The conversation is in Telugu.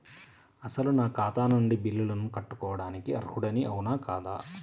అసలు నా ఖాతా నుండి బిల్లులను కట్టుకోవటానికి అర్హుడని అవునా కాదా?